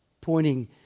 pointing